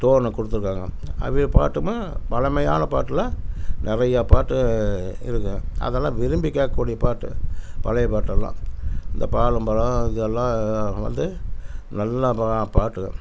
டோன்னை கொடுத்துருக்காங்க அவிங்க பாட்டு பழமையான பாட்டெல்லாம் நிறைய பாட்டு இருக்குதுங்க அதெல்லாம் விரும்பி கேட்கக்கூடிய பாட்டு பழைய பாட்டெல்லாம் இந்த பாலும் பழம் இதையெல்லாம் வந்து நல்லா பா பாட்டு தான்